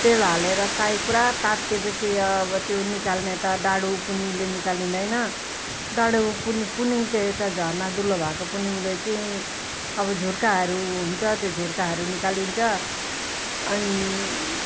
तेल हानेर ताई पुरा तात्तेपछि अब त्यो निकाल्ने त डाडु पन्युले निकालिँदैन डाडु पन्यु पन्यु चाहिँ यता झरना दुलो भएको पन्यु चाहिँ अब झुर्काहरू हुन्छ त्यो झुर्काहरू निकालिन्छ अनि